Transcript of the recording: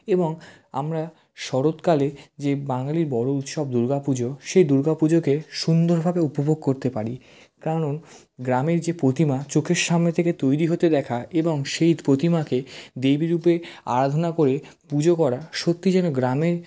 এবং আমরা শরৎকালে যে বাঙালির বড়ো উৎসব দুর্গা পুজো সেই দুর্গা পুজোকে সুন্দরভাবে উপভোগ করতে পারি কারণ গ্রামের যে প্রতিমা চোখের সামনে থেকে তৈরি হতে দেখা এবং সেই প্রতিমাকে দেবীরূপে আরাধনা করে পুজো করা সত্যি যেন গ্রামে